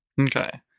Okay